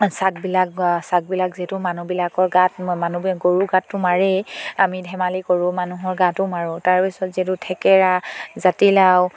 চাকবিলাক চাকবিলাক যিহেতু মানুহবিলাকৰ গাত মানুহবিলাক গৰু গাতটো মাৰেই আমি ধেমালি কৰোঁ মানুহৰ গাঁতো মাৰোঁ তাৰপিছত যিহেতু থেকেৰা জাতিলাও